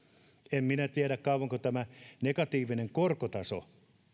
en minä tiedä kauanko tämä negatiivinen korkotaso